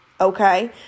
Okay